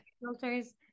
filters